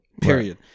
period